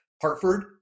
Hartford